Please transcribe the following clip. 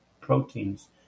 proteins